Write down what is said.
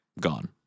Gone